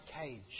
cage